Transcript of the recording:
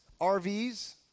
RVs